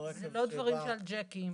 זה לא דברים שעל ג'קים.